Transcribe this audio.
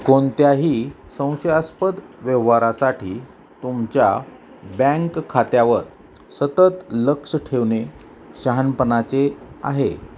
कोणत्याही संशयास्पद व्यवहारासाठी तुमच्या बँक खात्यावर सतत लक्ष ठेवणे शहाणपणाचे आहे